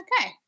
Okay